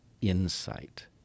insight